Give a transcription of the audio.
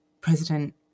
President